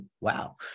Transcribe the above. wow